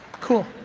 cool.